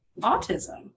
autism